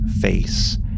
face